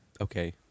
Okay